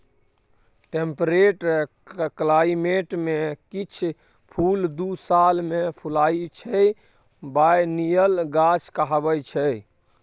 temperate climate मे किछ फुल दु साल मे फुलाइ छै बायनियल गाछ कहाबै छै